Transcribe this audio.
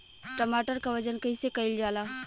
टमाटर क वजन कईसे कईल जाला?